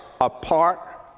apart